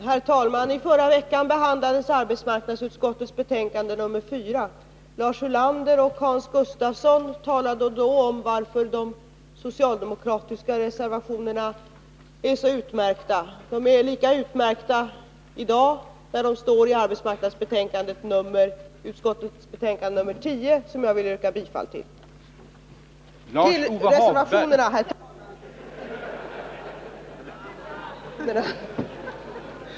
Herr talman! I förra veckan behandlades arbetsmarknadsutskottets betänkande nr 4. Lars Ulander och Hans Gustafsson talade då om varför de socialdemokratiska reservationerna är så utmärkta. De är lika utmärkta i dag, när de står i arbetsmarknadsutskottets betänkande nr 10, och jag vill alltså yrka bifall till reservationerna.